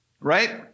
Right